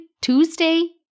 Tuesday